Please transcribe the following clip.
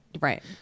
right